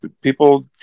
people